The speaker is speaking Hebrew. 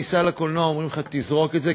בכניסה לקולנוע אומרים לך: תזרוק את זה,